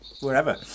wherever